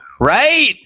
right